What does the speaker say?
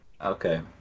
Okay